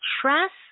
trust